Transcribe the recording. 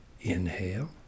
Inhale